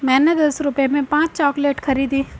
मैंने दस रुपए में पांच चॉकलेट खरीदी